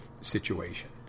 situation